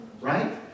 right